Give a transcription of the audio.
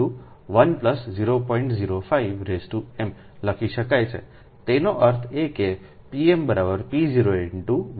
05m લખી શકાય છેતેનો અર્થ એ કેpm p01